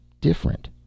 different